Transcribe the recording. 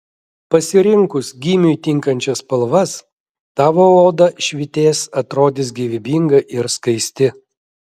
pasirinkus gymiui tinkančias spalvas tavo oda švytės atrodys gyvybinga ir skaisti